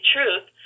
truth